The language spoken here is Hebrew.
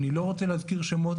אני לא רוצה להזכיר שמות,